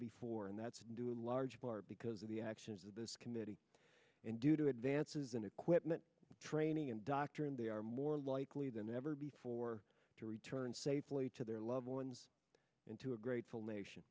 before and that's due in large part because of the actions of this committee and due to advances in equipment training and doctrine they are more likely than ever before to return safely to their loved ones into a grateful nation